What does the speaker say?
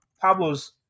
Pablo's